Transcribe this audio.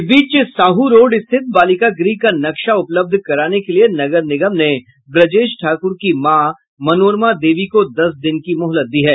इस बीच साहू रोड स्थित बालिका गृह का नक्शा उपलब्ध कराने के लिये नगर निगम ने ब्रजेश ठाकुर की मां मनोरमा देवी को दस दिन की मोहलत दी है